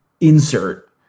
insert